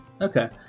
Okay